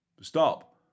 Stop